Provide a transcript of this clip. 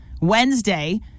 Wednesday